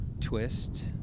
twist